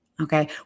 okay